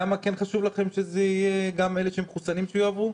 למה כן חשוב לכם שגם אלה שמחוסנים יועברו?